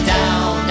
Down